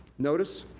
notice,